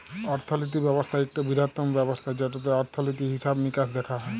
অর্থলিতি ব্যবস্থা ইকট বিরহত্তম ব্যবস্থা যেটতে অর্থলিতি, হিসাব মিকাস দ্যাখা হয়